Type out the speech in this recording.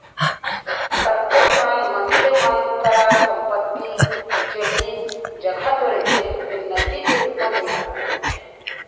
कतको झन मनखे मन करा संपत्ति, जमीन, जघा तो रहिथे फेर नगदी के रुप म नइ राहय